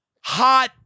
hot